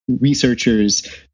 researchers